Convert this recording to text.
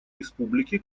республики